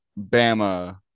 Bama